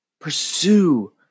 pursue